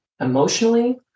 Emotionally